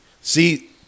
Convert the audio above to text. see